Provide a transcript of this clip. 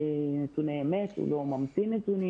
הוא לא ממציא נתונים